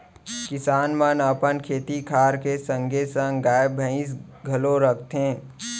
किसान मन अपन खेती खार के संगे संग गाय, भईंस घलौ राखथें